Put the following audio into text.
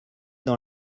dans